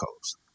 Coast